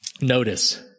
notice